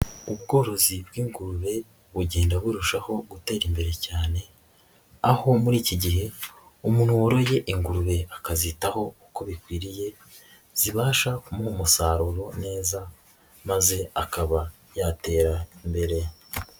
Ubworozi bw'ingurube bugenda burushaho gutera imbere cyane, aho muri iki gihe umuntu woroye ingurube akazitaho uko bikwiriye zibasha kumuha umusaruro neza maze akaba yatera imbere.